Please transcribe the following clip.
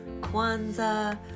Kwanzaa